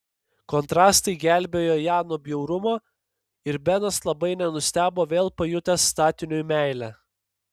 kontrastai gelbėjo ją nuo bjaurumo ir benas labai nenustebo vėl pajutęs statiniui meilę